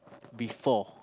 before